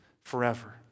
forever